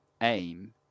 aim